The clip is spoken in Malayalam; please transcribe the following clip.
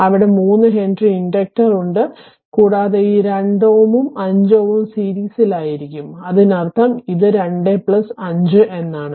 അവിടെ 3 ഹെൻറി ഇൻഡക്റ്റർ ഉണ്ട് കൂടാതെ ഈ 2Ω ഉം 5Ω ഉം സീരീസിലായിരിക്കും അതിനർത്ഥം ഇത് 2 5 എന്നാണ്